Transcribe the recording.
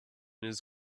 his